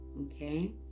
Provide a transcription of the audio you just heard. okay